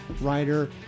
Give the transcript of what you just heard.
writer